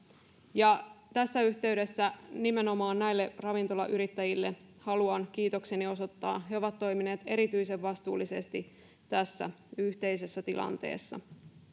ja tässä yhteydessä nimenomaan näille ravintolayrittäjille haluan kiitokseni osoittaa he ovat toimineet erityisen vastuullisesti tässä yhteisessä tilanteessa